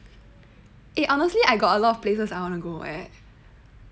eh honestly I got a lot of places I wanna go eh